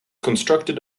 constructed